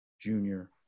Junior